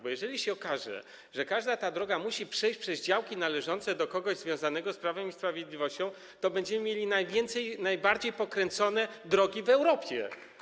Bo jeżeli się okaże, że każda ta droga musi przejść przez działki należące do kogoś związanego z Prawem i Sprawiedliwością, to będziemy mieli najbardziej pokręcone drogi w Europie.